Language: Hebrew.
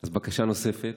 אז בקשה נוספת: